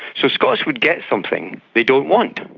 so scots would get something they don't want.